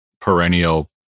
perennial